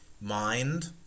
mind